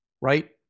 right